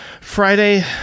Friday